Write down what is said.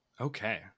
Okay